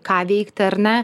ką veikti ar ne